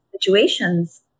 situations